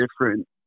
different